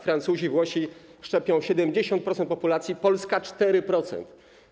Francuzi, Włosi szczepią 75% populacji, Polska - 4%.